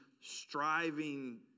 striving